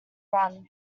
run